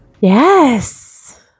Yes